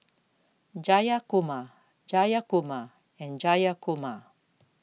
Jayakumar Jayakumar and Jayakumar